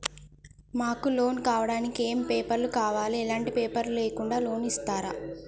మాకు లోన్ కావడానికి ఏమేం పేపర్లు కావాలి ఎలాంటి పేపర్లు లేకుండా లోన్ ఇస్తరా?